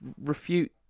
refute